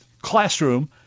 classroom